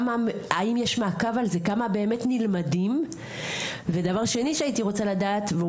האם יש מעקב על זה כמה באמת נלמדים ודבר שני שהייתי רוצה לדעת,